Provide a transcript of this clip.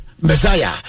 Messiah